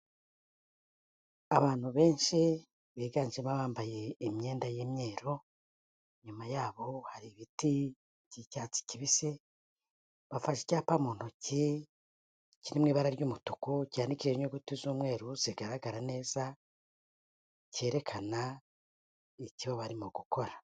Abantu benshi biganjemo abambaye imyenda y'imyeru, inyuma yabo hari ibiti by'icyatsi kibisi, bafashe icyapa mu ntoki kiri mu ibara ry'umutuku cyandikishijeho inyuguti z'umweru zigaragara neza, cyerekana icyo barimo gukora.